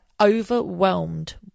overwhelmed